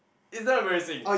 it's damn embarassing